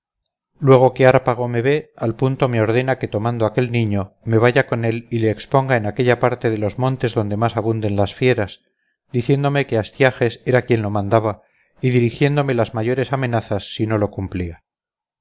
luego que hárpago me ve al punto me ordena que tomando aquel niño me vaya con él y le exponga en aquella parte de los montes donde más abunden las fieras diciéndome que astiages era quien lo mandaba y dirigiéndome las mayores amenazas si no lo cumplía